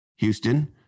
Houston